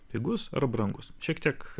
pigus ar brangus šiek tiek